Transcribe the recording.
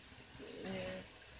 ya